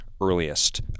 earliest